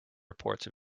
reports